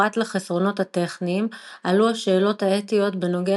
פרט לחסרונות הטכניים עלו השאלות האתיות בנוגע